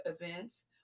events